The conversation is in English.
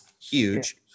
huge